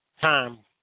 time